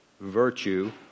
virtue